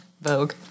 Vogue